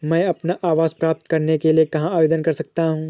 मैं अपना आवास प्राप्त करने के लिए कहाँ आवेदन कर सकता हूँ?